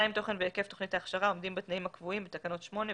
תוכן והיקף תוכנית ההכשרה עומדים בתנאים הקבועים בתקנות 8 ו-9(א)